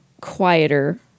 quieter